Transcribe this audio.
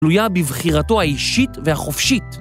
תלויה בבחירתו האישית והחופשית.